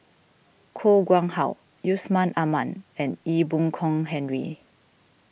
Koh Nguang How Yusman Aman and Ee Boon Kong Henry